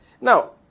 Now